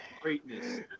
Greatness